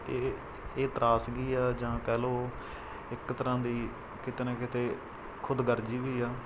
ਇਹ ਇਹ ਤਰਾਸਗੀ ਆ ਜਾਂ ਕਹਿ ਲਓ ਇੱਕ ਤਰ੍ਹਾਂ ਦੀ ਕਿਤੇ ਨਾ ਕਿਤੇ ਖੁਦਗਰਜੀ ਵੀ ਆ